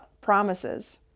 promises